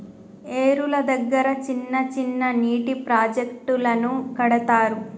ఏరుల దగ్గర చిన్న చిన్న నీటి ప్రాజెక్టులను కడతారు